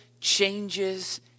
changes